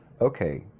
Okay